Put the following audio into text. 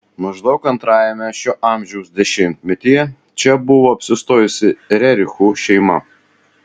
maždaug antrajame šio amžiaus dešimtmetyje čia buvo apsistojusi rerichų šeima